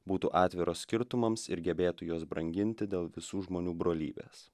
būtų atviros skirtumams ir gebėtų juos branginti dėl visų žmonių brolybės